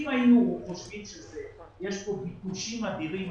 אם היינו חושבים שיש כאן ביקושים אדירים,